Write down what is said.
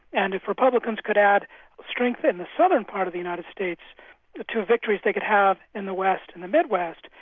and if republicans could add strength in the southern part of the united states to victories they could have in the west and the mid-west,